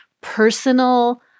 personal